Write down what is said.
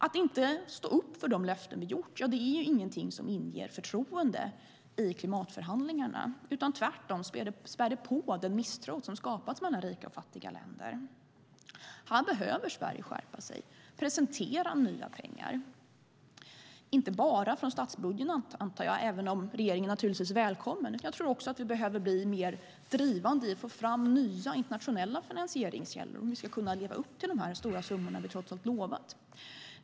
Att inte stå upp för de löften vi har givit är inget som inger förtroende i klimatförhandlingarna. Tvärtom spär det på den misstro som har skapats mellan rika och fattiga länder. Här behöver Sverige skärpa sig och presentera nya pengar. Det ska inte bara vara från statsbudgeten, antar jag, även om regeringen naturligtvis är välkommen. Sverige behöver också bli mer drivande i att få fram nya internationella finansieringskällor om vi ska kunna leva upp till de stora summor som vi trots allt har lovat.